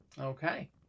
Okay